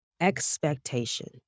expectation